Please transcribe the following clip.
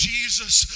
Jesus